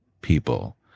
people